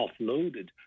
offloaded